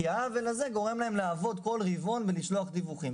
כי העוול הזה גורם להם לעבוד בכל רבעון ולשלוח דיווחים.